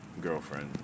girlfriend